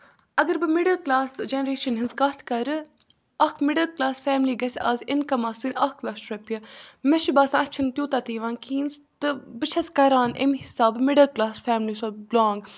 اگر بہٕ middle class generation ہِنٛز کَتھ کَرٕ اَکھ مِڈَل کٕلاس فیملی گَژھِ آز اِنکَم آسٕنۍ اَکھ لَچھ رۄپیہِ مےٚ چھُ باسان اَسہِ چھُنہٕ تیوٗتاہ تہِ یِوان کِہیٖنۍ تہٕ بہٕ چھَس کَران امہِ حِسابہٕ مِڈَل کٕلاس فیملی سۭتۍ بِلانٛگ